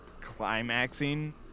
climaxing